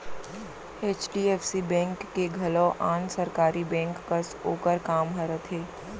HDFC bank के घलौ आन सरकारी बेंक कस ओकर काम ह रथे